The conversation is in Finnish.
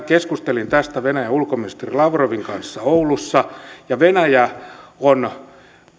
keskustelin tästä venäjän ulkoministeri lavrovin kanssa oulussa venäjä on